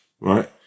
right